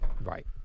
Right